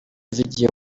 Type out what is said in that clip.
zigiye